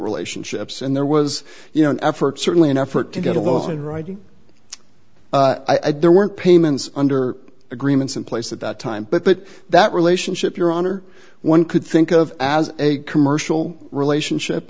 relationships and there was you know an effort certainly an effort to get along in writing i'd there weren't payments under agreements in place at that time but that relationship your honor one could think of as a commercial relationship